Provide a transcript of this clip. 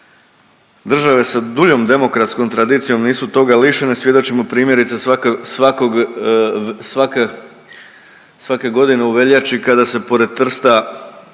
države sa duljom demokratskom tradicijom nisu toga lišene svjedočimo, primjerice, svakog, svake godine u veljači kada se pored Trsta